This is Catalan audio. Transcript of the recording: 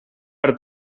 per